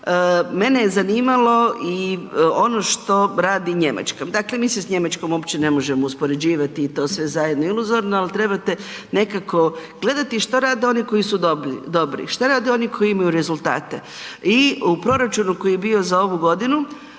mene je zanimalo i ono što radi Njemačka. Dakle, mi se s Njemačkom uopće ne možemo uspoređivati i to sve zajedno iluzorno, ali trebate nekako gledate što rade oni koji su dobri. Što rade oni koji imaju rezultate. I u proračunu koji je bio za ovu godinu,